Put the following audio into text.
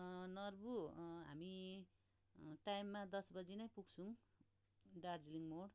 नर्बू हामी टाइममा दस बजी नै पुग्छौँ दार्जिलिङ मोड